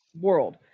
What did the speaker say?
world